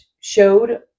showed